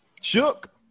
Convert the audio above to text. Shook